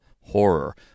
horror